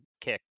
kick